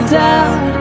doubt